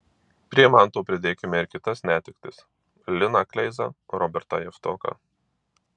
prie manto pridėkime ir kitas netektis liną kleizą robertą javtoką